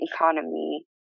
economy